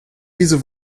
wieso